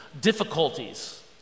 difficulties